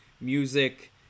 music